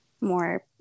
more